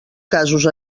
casos